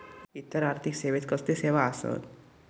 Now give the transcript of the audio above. इतर आर्थिक सेवेत कसले सेवा आसत?